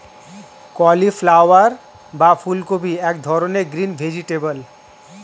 cauliflower বা ফুলকপি এক ধরনের গ্রিন ভেজিটেবল